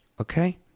Okay